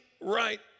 right